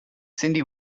cyndi